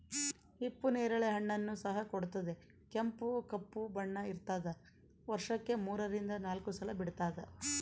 ಹಿಪ್ಪು ನೇರಳೆ ಹಣ್ಣನ್ನು ಸಹ ಕೊಡುತ್ತದೆ ಕೆಂಪು ಕಪ್ಪು ಬಣ್ಣ ಇರ್ತಾದ ವರ್ಷಕ್ಕೆ ಮೂರರಿಂದ ನಾಲ್ಕು ಸಲ ಬಿಡ್ತಾದ